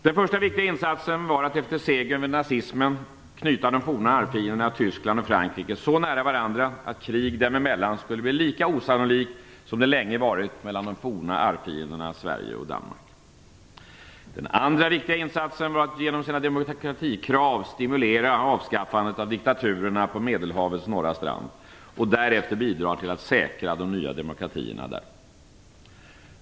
Den första viktiga insatsen var att efter segern över nazismen knyta de forna arvfienderna Tyskland och Frankrike så nära varandra att krig dem emellan skulle bli lika osannolikt som det länge varit mellan de forna arvfienderna Sverige och Danmark. Den andra viktiga insatsen var att genom sina demokratikrav stimulera avskaffandet av diktaturerna på Medelhavets norra strand och därefter bidra till att säkra de nya demokratierna där.